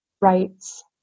rights